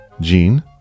Jean